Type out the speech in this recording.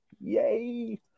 yay